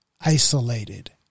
isolated